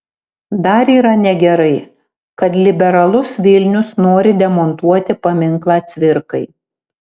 dar yra negerai kad liberalus vilnius nori demontuoti paminklą cvirkai